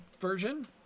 version